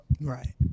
Right